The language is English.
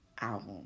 album